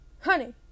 Honey